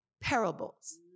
parables